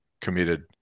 committed